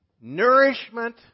nourishment